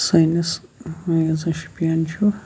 سٲنِس یُس یہِ شُپین چھُ